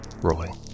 Rolling